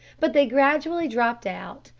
but they gradually dropped out,